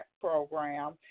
program